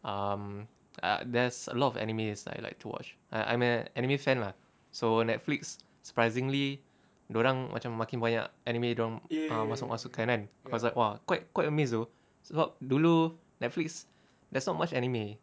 um a~ there's a lot of animes I like to watch I I'm a anime fan lah so Netflix surprisingly dorang macam makin banyak anime dorang masuk-masukkan kan I was like !wah! quite quite amazed though sebab dulu Netflix there's not much anime